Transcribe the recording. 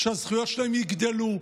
שהזכויות שלהם יגדלו,